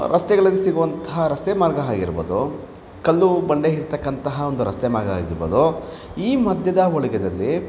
ರಸ್ತೆಗಳಲ್ಲಿ ಸಿಗುವಂತಹ ರಸ್ತೆ ಮಾರ್ಗ ಆಗಿರ್ಬೌದು ಕಲ್ಲು ಬಂಡೆ ಇರತಕ್ಕಂತಹ ಒಂದು ರಸ್ತೆ ಮಾರ್ಗ ಆಗಿರ್ಬೌದು ಈ ಮಧ್ಯದ